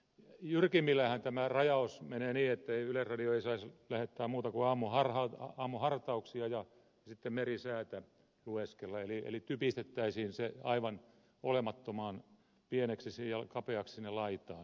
jyrkimmilläänhän tämä rajaus menee niin että yleisradio ei saisi lähettää muuta kuin aamuhartauksia ja sitten merisäätä lueskella eli typistettäisiin se aivan olemattoman pieneksi ja kapeaksi sinne laitaan